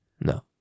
no